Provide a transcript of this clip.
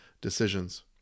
decisions